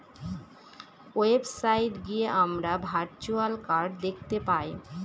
website গিয়ে আমরা virtual card দেখতে পাই